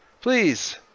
please